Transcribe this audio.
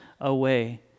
away